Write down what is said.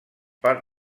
per